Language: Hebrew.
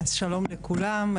שלום לכולם,